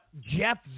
Jeff